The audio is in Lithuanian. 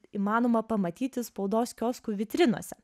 įmanoma pamatyti spaudos kioskų vitrinose